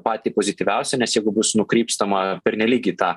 patį pozityviausią nes jeigu bus nukrypstama pernelyg į tą